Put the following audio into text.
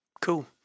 Cool